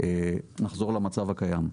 נחזור למצב הקיים.